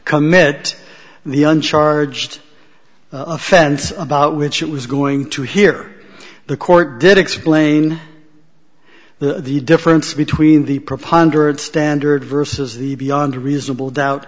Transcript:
commit the uncharged offense about which it was going to hear the court did explain the difference between the preponderance standard versus the beyond a reasonable doubt